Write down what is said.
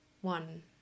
one